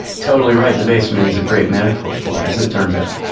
totally right. the basement is a great metaphor for it. as it turns out